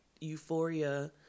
euphoria